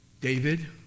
David